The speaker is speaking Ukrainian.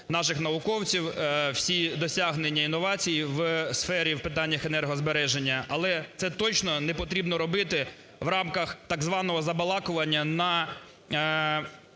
наших науковців. Всі досягнення інновації у сфері, в питаннях енергозбереження, але це точно не потрібно робити в рамках так званого забалакування на